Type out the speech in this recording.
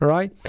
Right